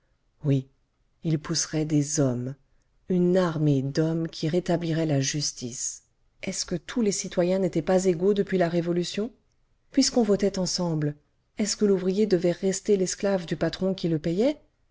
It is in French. oui il pousserait des hommes une armée d'hommes qui rétabliraient la justice est-ce que tous les citoyens n'étaient pas égaux depuis la révolution puisqu'on votait ensemble est-ce que l'ouvrier devait rester l'esclave du patron qui le payait